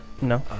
No